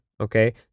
okay